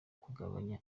kugabanya